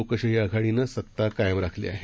लोकशाही आघाडीनं सत्ता कायम राखली आहे